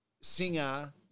singer